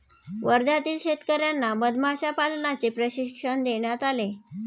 वर्ध्यातील शेतकर्यांना मधमाशा पालनाचे प्रशिक्षण देण्यात आले